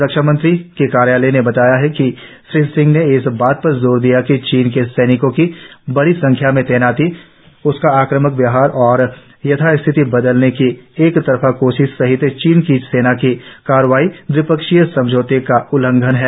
रक्षा मंत्री के कार्यालय ने बताया है कि श्री सिंह ने इस बात पर जोर दिया कि चीन के सैनिकों की बड़ी संख्या में तैनाती उनका आक्रामक व्यवहार और यथास्थिति बदलने की एकतरफा कोशिश सहित चीन की सेना की कार्रवाई द्विपक्षीय समझौते का उल्लंघन है